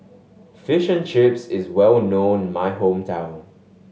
Fish and Chips is well known in my hometown